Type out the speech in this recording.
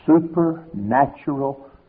supernatural